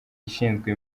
ishinzwe